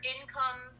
income